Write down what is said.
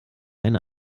eine